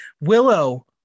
Willow